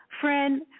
friend